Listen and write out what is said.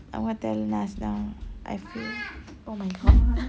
I want to tell naz I feel now oh my god